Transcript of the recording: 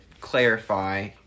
clarify